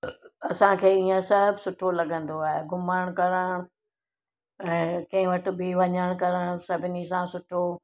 असांखे ईअं सभु सुठो लॻंदो आहे घुमण करण ऐं कंहिं वटि बि वञणु करणु सभिनी सां सुठो